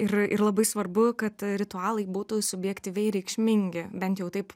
ir ir labai svarbu kad ritualai būtų subjektyviai reikšmingi bent jau taip